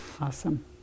Awesome